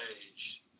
age